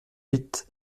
huit